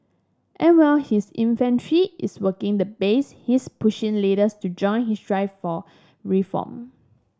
and while his infantry is working the base he's pushing leaders to join his drive for reform